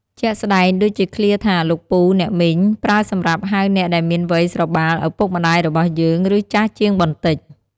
ជាក់ស្ដែង ដូចជាឃ្លាថា លោកពូ អ្នកមីង ប្រើសម្រាប់ហៅអ្នកដែលមានវ័យស្របាលឪពុកម្តាយរបស់យើង ឬចាស់ជាងបន្តិច។